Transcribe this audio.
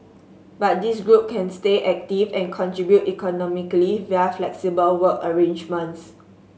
but this group can stay active and contribute economically via flexible work arrangements